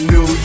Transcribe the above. New